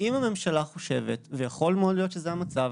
אם הממשלה חושבת ויכול מאוד להיות שזה המצב